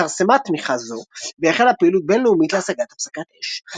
התכרסמה תמיכה זו והחלה פעילות בינלאומית להשגת הפסקת אש.